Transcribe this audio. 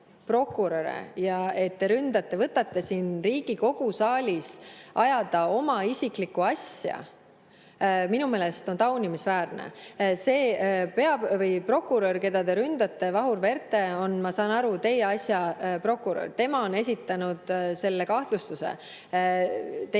prokuröre ja võtate siin Riigikogu saalis ajada oma isiklikku asja – minu meelest on see taunimisväärne. See prokurör, keda te ründate, Vahur Verte, on, ma saan aru, teie asja prokurör. Tema on esitanud kahtlustuse teile ja